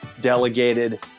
delegated